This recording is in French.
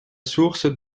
sources